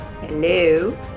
Hello